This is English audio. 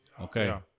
Okay